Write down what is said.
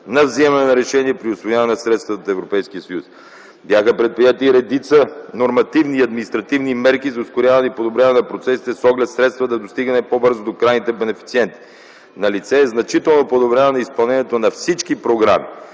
на вземане на решения при усвояването на средствата от Европейския съюз. Бяха предприети и редица нормативни и административни мерки за ускоряване и подобряване на процесите с оглед средствата да достигат по-бързо до крайните бенефициенти. Налице е значително подобряване на изпълнението на всички програми.